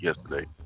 yesterday